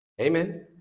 Amen